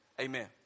amen